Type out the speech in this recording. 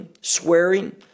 swearing